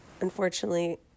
unfortunately